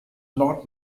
not